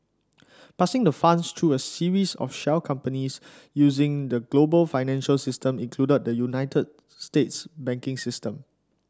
passing the funds through a series of shell companies using the global financial system including the United States banking system